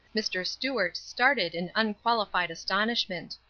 mr. stuart started in unqualified astonishment.